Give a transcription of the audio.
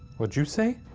what'd you say?